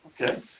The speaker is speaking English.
okay